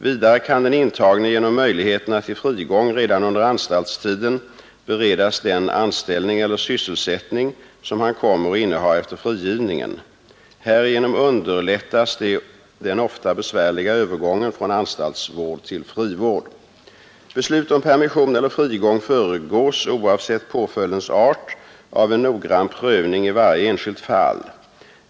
Vidare kan den intagne genom möjligheterna till frigång redan under anstaltstiden beredas den anställning eller sysselsättning, som han kommer att inneha efter frigivningen. Härigenom underlättas den ofta besvärliga övergången från anstaltsvård till frivård. Beslut om permission eller frigång föregås, oavsett påföljdens art, av en noggrann prövning i varje enskilt fall.